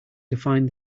define